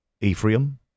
Ephraim